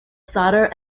solder